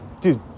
dude